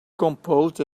composed